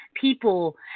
people